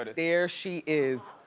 but there she is.